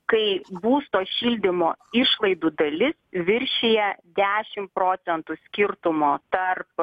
kai būsto šildymo išlaidų dalis viršija dešim procentų skirtumo tarp